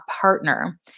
partner